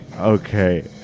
Okay